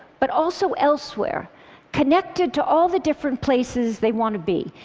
but also elsewhere connected to all the different places they want to be.